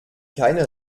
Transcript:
keine